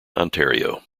ontario